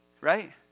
right